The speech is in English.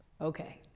okay